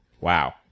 Wow